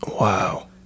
Wow